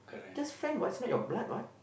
just friend what it's not your blood what